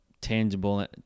tangible